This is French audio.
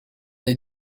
est